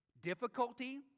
Difficulty